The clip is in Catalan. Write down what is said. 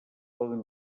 poden